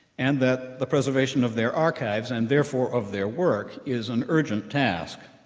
and that the preservation of their archives and, therefore, of their work, is an urgent task.